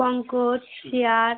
Pankaj সিয়ার